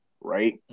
right